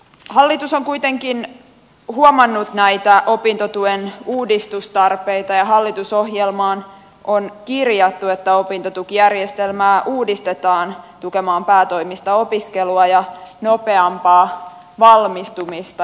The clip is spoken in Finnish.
hallitus on kuitenkin huomannut näitä opintotuen uudistustarpeita ja hallitusohjelmaan on kirjattu että opintotukijärjestelmää uudistetaan tukemaan päätoimista opiskelua ja nopeampaa valmistumista